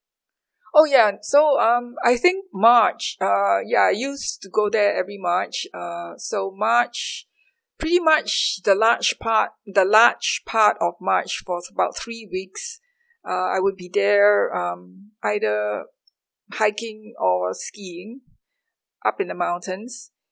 oh ya so um I think march uh ya I used to go there every march uh so march pretty much the large part the large part of march for about three weeks uh I would be there um either hiking or skiing up in the mountains